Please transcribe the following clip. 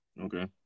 okay